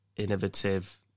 innovative